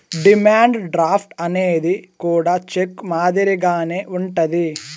demand draft అనేది కూడా check మాదిరిగానే ఉంటది